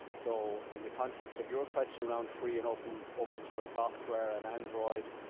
so in the context of your question around free and open open source software and android,